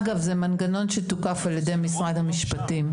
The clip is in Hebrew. אגב, זה מנגנון שתוקף על ידי משרד המשפטים.